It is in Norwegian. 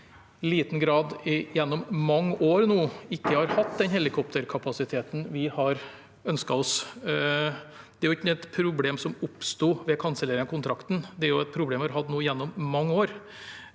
er at vi gjennom mange år ikke har hatt den helikopterkapasiteten vi har ønsket oss. Det er ikke et problem som oppstod ved kansellering av kontrakten. Det er et problem vi har hatt gjennom mange år.